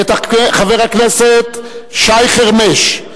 ואת חבר הכנסת שי חרמש,